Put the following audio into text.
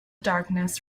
darkness